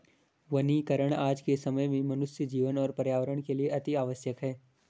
वनीकरण आज के समय में मनुष्य जीवन और पर्यावरण के लिए अतिआवश्यक है